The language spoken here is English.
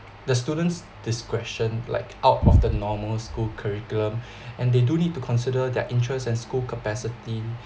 the students discretion like out of the normal school curriculum and they do need to consider their interests and school capacity